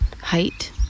height